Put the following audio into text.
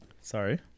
Sorry